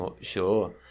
sure